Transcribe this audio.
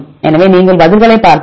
எனவே நீங்கள் பதில்களைப் பார்த்தால்